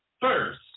first